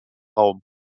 raum